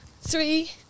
Three